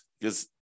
because-